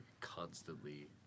constantly